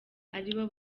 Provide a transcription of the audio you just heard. aribo